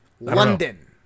London